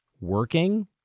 working